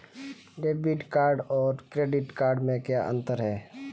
Debit card और credit card में क्या अंतर है?